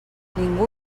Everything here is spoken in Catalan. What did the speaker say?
ningú